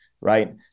Right